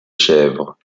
chèvres